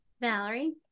Valerie